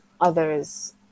others